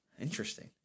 Interesting